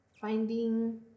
finding